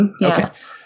Yes